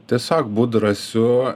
tiesiog būt drąsiu